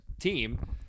team